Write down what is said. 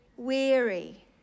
weary